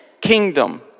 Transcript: kingdom